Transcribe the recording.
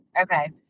Okay